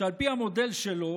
שעל פי המודל שלו,